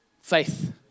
faith